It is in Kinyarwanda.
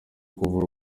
kuvura